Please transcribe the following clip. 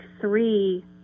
three